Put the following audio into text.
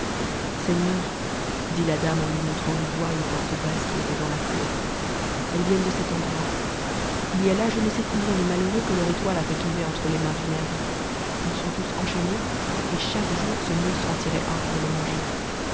seigneur dit la dame en lui montrant du doigt une porte basse qui était dans la cour elles viennent de cet endroit il y a là je ne sais combien de malheureux que leur étoile a fait tomber entre les mains du nègre ïts sont tous enchaînés et chaque jour ce monstre en tirait un pour le manger